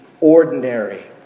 ordinary